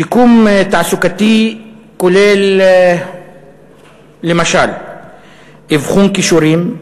שיקום תעסוקתי כולל למשל אבחון כישורים,